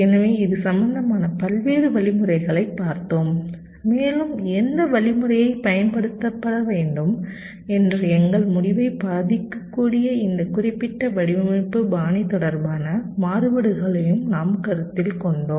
எனவே இது சம்பந்தமாக பல்வேறு வழிமுறைகளைப் பார்த்தோம் மேலும் எந்த வழி முறையை பயன்படுத்த வேண்டும் என்ற எங்கள் முடிவைப் பாதிக்கக்கூடிய இந்த குறிப்பிட்ட வடிவமைப்பு பாணி தொடர்பான மாறுபாடுகளையும் நாம் கருத்தில் கொண்டோம்